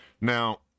Now